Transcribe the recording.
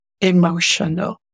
emotional